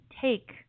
take